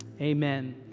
Amen